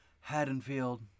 Haddonfield